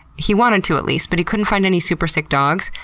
he wanted to at least, but he couldn't find any super sick dogs.